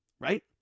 right